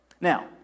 Now